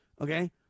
okay